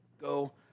go